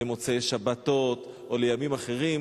למוצאי-שבתות או לימים אחרים,